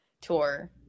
tour